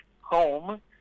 home